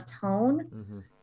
tone